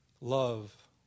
love